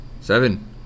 Seven